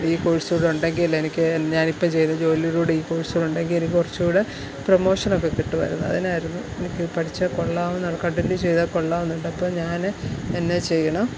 ഈ കോഴ്സ് കൂടെ ഉണ്ടെങ്കിൽ എനിക്ക് ഞാൻ ഇപ്പോൾ ചെയ്ത ജോലിയുടെ കൂടെ ഈ കോഴ്സ് കൂടെ ഉണ്ടെങ്കിൽ എനിക്ക് കുറച്ചു കൂടെ പ്രമോഷനൊക്കെ കിട്ടുമായിരുന്നു അതിനായിരുന്നു എനിക്ക് ഇത് പഠിച്ചാൽ കൊള്ളാമെന്ന് കണ്ടിന്യൂ ചെയ്താൽ കൊള്ളാമെന്നുണ്ട് അപ്പോൾ ഞാൻ എന്നാ ചെയ്യണം